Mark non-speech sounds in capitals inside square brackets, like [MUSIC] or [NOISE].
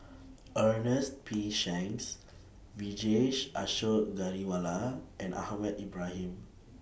[NOISE] Ernest P Shanks Vijesh Ashok Ghariwala and Ahmad Ibrahim